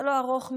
זה לא ארוך מדי,